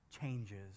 Changes